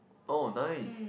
oh nice